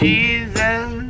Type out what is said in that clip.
Jesus